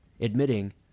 Admitting